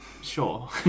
Sure